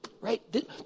right